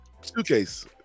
Suitcase